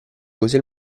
così